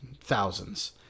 thousands